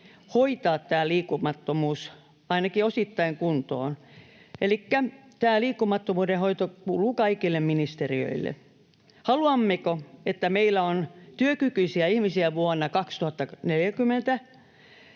hoitaa tämä liikkumattomuus ainakin osittain kuntoon, elikkä liikkumattomuuden hoito kuuluu kaikille ministeriöille. Haluammeko, että meillä on työkykyisiä ihmisiä vuonna 2040?